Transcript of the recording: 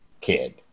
kid